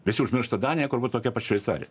visi užmiršta daniją kur buvo tokia pat šveicarija